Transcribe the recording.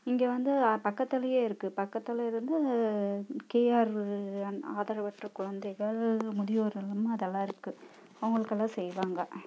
இங்கே வந்து பக்கத்துலேயே இருக்கு பக்கத்தில் இருந்து கீழாறு ஆதரவற்ற குழந்தைகள் முதியோர் இல்லம் அதெல்லாம் இருக்கு அவங்களுக்கெல்லாம் செய்வாங்க